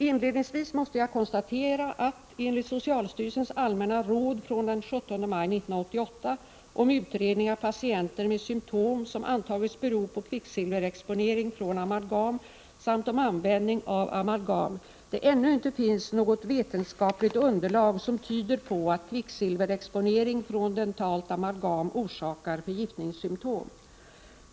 Inledningsvis måste jag konstatera att, enligt socialstyrelsens allmänna råd från den 17 maj 1988 om utredning av patienter med symtom som antagits bero på kvicksilverexponering från amalgam samt om användning av amalgam, det ännu inte finns något vetenskapligt underlag som tyder på att kvicksilverexponering från dentalt amalgam orsakar förgiftningssymtom.